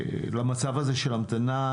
למצב הזה של המתנה,